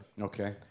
Okay